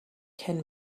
can